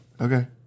Okay